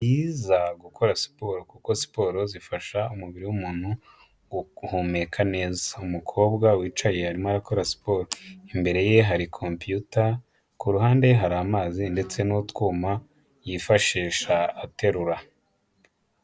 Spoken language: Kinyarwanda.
Ni byiza gukora siporo kuko siporo zifasha umubiri w'umuntu guhumeka neza. Umukobwa wicaye arimo arakora siporo. Imbere ye hari computer, kuruhande hari amazi ndetse n'utwuma yifashisha aterura.